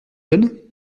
donne